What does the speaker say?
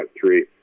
three